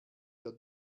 der